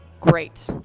Great